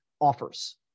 offers